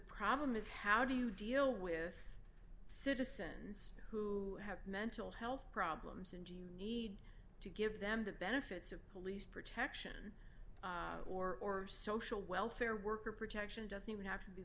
problem is how do you deal with citizens who have mental health problems and you need to give them the benefits of police protection or social welfare worker protection doesn't even have to be